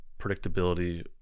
predictability